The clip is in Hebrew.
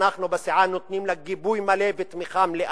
אנחנו בסיעה נותנים לה גיבוי מלא ותמיכה מלאה.